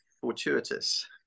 fortuitous